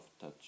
touch